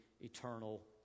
eternal